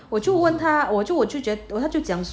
我就问他我就我就觉觉的他就讲